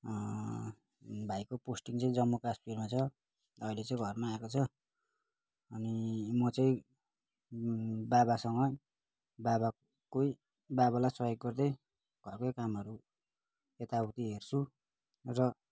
भाइको पोस्टिङ चाहिँ जम्मू कश्मीरमा छ अहिले चाहिँ घरमा आएको छ अनि म चाहिँ बाबासँग बाबाकै बाबालाई सहयोग गर्दै घरकै कामहरू यताउति हेर्छु र